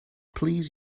please